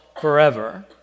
forever